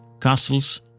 castles